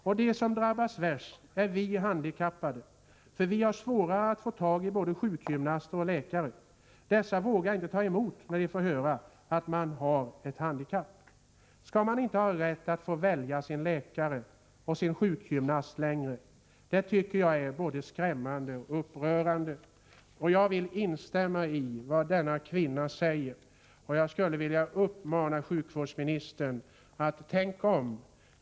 Och de som då drabbas värst är vi handikappade, för vi har svårare att få tag i både sjukgymnaster och läkare. Dessa vågar inte ta emot när de får höra att man har ett handikapp. Ska man inte ha rätt att få välja sin läkare och sjukgymnast längre? Det tycker jag är både skrämmande och upprörande.” Jag vill instämma i vad denna kvinna säger, och jag skulle vilja uppmana sjukvårdsministern: Tänk om!